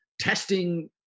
testing